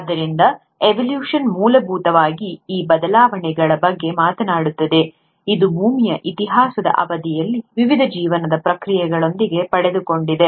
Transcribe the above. ಆದ್ದರಿಂದ ಎವೊಲ್ಯೂಶನ್ ಮೂಲಭೂತವಾಗಿ ಈ ಬದಲಾವಣೆಗಳ ಬಗ್ಗೆ ಮಾತನಾಡುತ್ತದೆ ಇದು ಭೂಮಿಯ ಇತಿಹಾಸದ ಅವಧಿಯಲ್ಲಿ ವಿವಿಧ ಜೀವನ ಪ್ರಕ್ರಿಯೆಗಳಿಂದ ಪಡೆದುಕೊಂಡಿದೆ